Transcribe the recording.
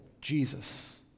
Jesus